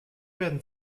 werden